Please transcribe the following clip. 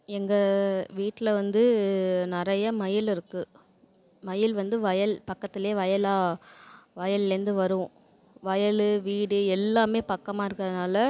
எங்கள் வீட்டில் வந்து நிறையா மயில் இருக்குது மயில் வந்து வயல் பக்கத்துலேயே வயல் வயல்லேருந்து வரும் வயல் வீடு எல்லாம் பக்கமாக இருக்கிறதுனால